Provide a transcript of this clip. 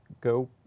go